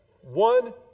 One